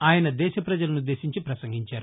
ఆయన దేశ పజలనుద్దేశించి వసంగించారు